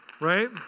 Right